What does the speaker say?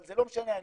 אבל זה לא משנה אם